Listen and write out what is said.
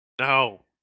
no